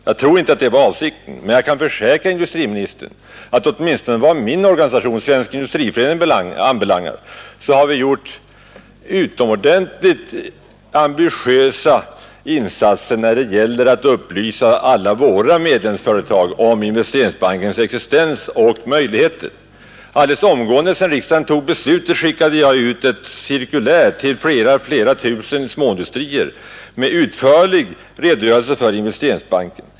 Jag tror inte det, men jag kan försäkra industriministern att vi åtminstone vad min organisation, Svensk industriförening, anbelangar har gjort utomordentligt ambitiösa insatser när det gäller att upplysa alla våra medlemsföretag om Investeringsbankens existens och möjligheter. Alldeles omgående sedan riksdagen tog beslutet skickade jag ut cirkulär till flera tusen småindustrier med utförlig redogörelse för Investeringsbanken.